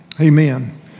Amen